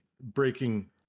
breaking